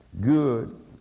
good